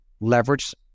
leverage